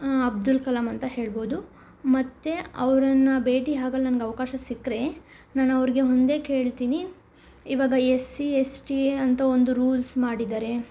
ಅಬ್ದುಲ್ ಕಲಾಂ ಅಂತ ಹೇಳ್ಬೌದು ಮತ್ತು ಅವರನ್ನ ಭೇಟಿ ಆಗಲ್ ನನ್ಗೆ ಅವಕಾಶ ಸಿಕ್ಕರೆ ನಾನು ಅವ್ರಿಗೆ ಒಂದೇ ಕೇಳ್ತೀನಿ ಇವಾಗ ಎಸ್ ಸಿ ಎಸ್ ಟಿ ಅಂತ ಒಂದು ರೂಲ್ಸ್ ಮಾಡಿದ್ದಾರೆ